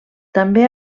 també